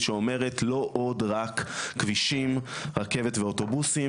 שאומרת לא עוד רק כבישים רכבת ואוטובוסים,